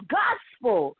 gospel